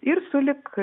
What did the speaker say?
ir sulig